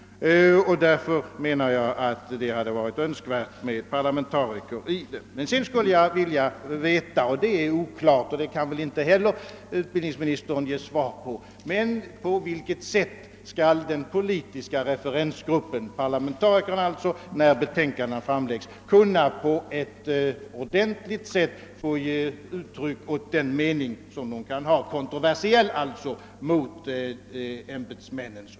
Därför menar jag att det hade varit önskvärt med parlamentariker i utredningen. Jag skulle vilja veta — saken är oklar, och utbildningsministern kan väl inte ge något svar på den punkten heller — hur de politiska referensgrupperna, d.v.s. parlamentarikerna, när betänkandena framläggs på ett ordentligt sätt skall kunna få ge uttryck åt en kontroversiell uppfattning gentemot ämbetsmännens.